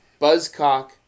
Buzzcock